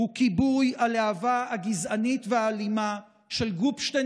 הוא כיבוי הלהבה הגזענית והאלימה של גופשטיין